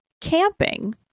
camping